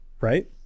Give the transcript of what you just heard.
right